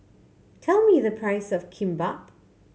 tell me the price of Kimbap